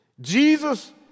Jesus